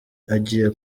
agiye